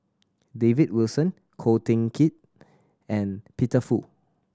David Wilson Ko Teck Kin and Peter Fu